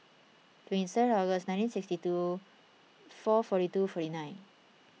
twenty third August nineteen sixty two four forty two forty nine